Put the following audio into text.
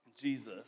Jesus